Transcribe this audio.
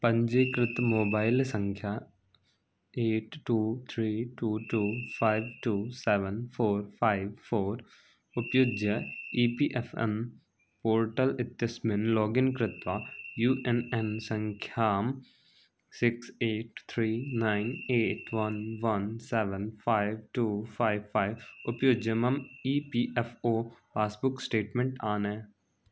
पञ्जीकृता मोबैल् सङ्ख्या eight two three two two five two seven four five four उप्युज्य E P F N portal इत्यस्मिन् login कृत्वा U N N सङ्ख्याम् six eight three nine eight one one seven five two five five उपयुज्य मम् E P F O passbook statement आनय